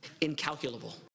incalculable